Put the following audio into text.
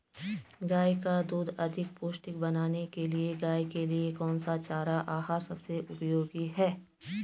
गाय का दूध अधिक पौष्टिक बनाने के लिए गाय के लिए कौन सा आहार सबसे उपयोगी है?